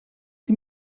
sie